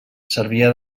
servia